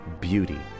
beauty